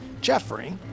Jeffrey